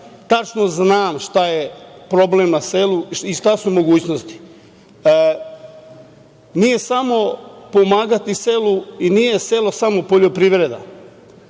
Tačno znam šta je problem na selu i šta su mogućnosti. Nije samo pomagati selu i nije selo samo poljoprivreda,